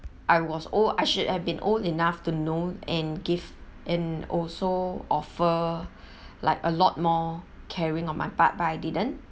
I was old I should have been old enough to know and give and also offer like a lot more caring on my part but I didn't